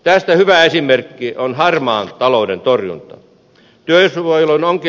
tästä hyvä esimerkki on harmaan talouden torjunta